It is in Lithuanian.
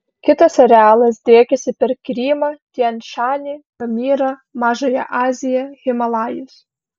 kitas arealas driekiasi per krymą tian šanį pamyrą mažąją aziją himalajus